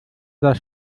das